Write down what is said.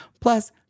Plus